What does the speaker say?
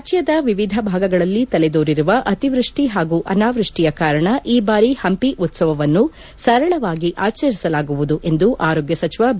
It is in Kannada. ರಾಜ್ಯದ ವಿವಿಧ ಭಾಗಗಳಲ್ಲಿ ತಲೆ ದೋರಿರುವ ಅತಿವೃಷ್ಟಿ ಹಾಗೂ ಅನಾವೃಷ್ಟಿಯ ಕಾರಣ ಈ ಬಾರಿ ಹಂಪಿ ಉತ್ಸವವನ್ನು ಸರಳವಾಗಿ ಆಚರಿಸಲಾಗುವುದು ಎಂದು ಆರೋಗ್ಯ ಸಚಿವ ಬಿ